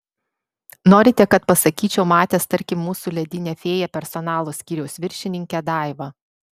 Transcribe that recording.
norite kad pasakyčiau matęs tarkim mūsų ledinę fėją personalo skyriaus viršininkę daivą